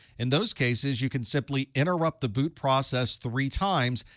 in those cases, you could simply interrupt the boot process three times.